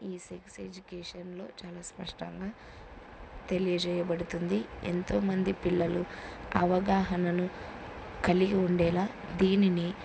ఈ సెక్స్ ఎడ్యుకేషన్లో చాలా స్పష్టంగా తెలియజేయబడుతుంది ఎంతోమంది పిల్లలు అవగాహనను కలిగి ఉండేలా దీనిని